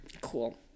Cool